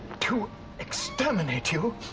to exterminate you